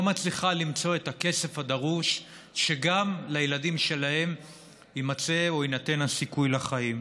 מצליחה למצוא את הכסף הדרוש שגם לילדים שלהם יימצא או יינתן הסיכוי לחיים.